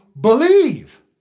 believe